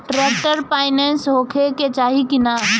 Tractor पाईनेस होखे के चाही कि ना?